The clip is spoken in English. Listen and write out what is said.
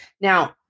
Now